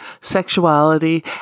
sexuality